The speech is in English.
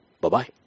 Bye-bye